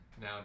Now